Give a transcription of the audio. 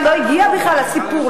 הגיע בכלל לסיפור,